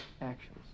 actions